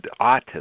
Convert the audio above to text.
autism